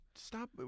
Stop